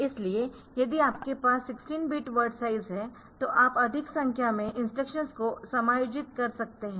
इसलिए यदि आपके पास 16 बिट वर्ड साइज है तो आप अधिक संख्या में इंस्ट्रक्शंस को समायोजित कर सकते है